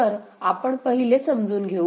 तर आपण पहिले समजून घेऊ